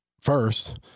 First